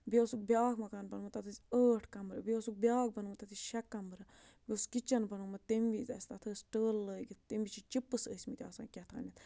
بیٚیہِ اوسُکھ بیٛاکھ مکان بنومُت تَتھ ٲسۍ ٲٹھ کَمرٕ بیٚیہِ اوسُکھ بیٛاکھ بَنومُت تَتھ ٲسۍ شےٚ کَمرٕ بیٚیہِ اوس کِچَن بنومُت تَمہِ وِز اَسہِ تَتھ ٲس ٹٲلہٕ لٲگِتھ تمِ چپٕس ٲسۍمٕتۍ آسان کیٛاہ تانٮ۪تھ